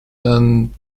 and